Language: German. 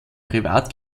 privat